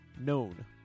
known